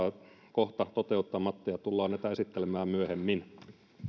kohta toteuttamatta ja tulemme näitä esittelemään myöhemmin